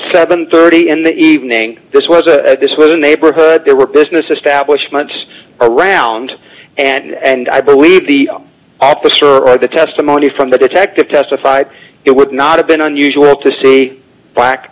seven thirty in the evening this was a this was a neighborhood there were business establishments around and i believe the opposite for the testimony from the detective testified it would not have been unusual to see black